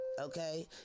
okay